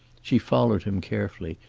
she followed him carefully,